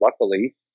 luckily